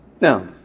Now